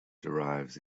derives